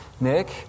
Nick